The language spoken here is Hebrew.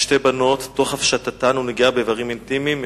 בשתי בנות תוך הפשטתן ונגיעה באיברים אינטימיים.